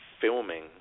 filming